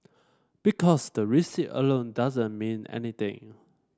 because the recipe alone doesn't mean anything